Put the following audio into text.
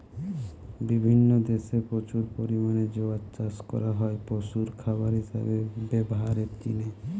বিভিন্ন দেশে প্রচুর পরিমাণে জোয়ার চাষ করা হয় পশুর খাবার হিসাবে ব্যভারের জিনে